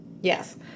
Yes